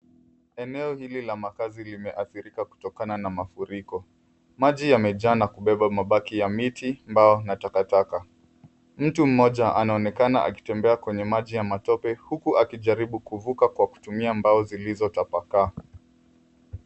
Eneo hili la makazi limehadhirika kutokana na mafuriko. Maji yamejaa na kubeba mabaki ya miti, mbao na takataka. Mtu mmoja anaonekana akitembea kwenye maji ya matope huku akijaribu kuvuka kwa kutumia mbao zilizotapakaa.